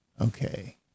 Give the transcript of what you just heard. Okay